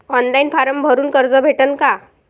Online form भरून कर्ज भेटन का?